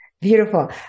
Beautiful